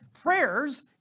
prayers